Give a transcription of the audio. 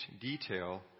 detail